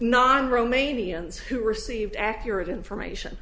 non romanians who receive accurate information